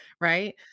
right